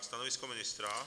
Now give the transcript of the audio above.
Stanovisko ministra?